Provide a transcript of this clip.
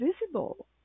visible